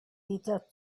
reader